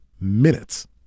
minutes